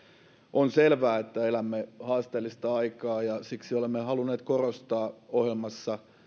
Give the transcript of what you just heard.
on selvää että elämme haasteellista aikaa ja siksi olemme halunneet korostaa ohjelmassa